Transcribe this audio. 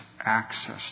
access